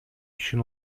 ишин